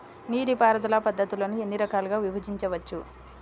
నీటిపారుదల పద్ధతులను ఎన్ని రకాలుగా విభజించవచ్చు?